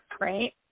right